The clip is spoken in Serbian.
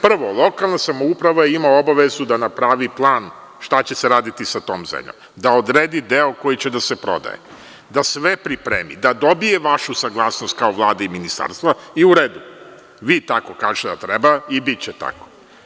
Prvo, lokalna samouprava ima obavezu da napravi plan šta će se raditi sa tom zemljom, da odredi deo koji će da se prodaje, da sve pripremi, da dobije vašu saglasnost kao Vlade i Ministarstva i u redu, vi tako kažete da treba i biće tako.